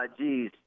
Jeez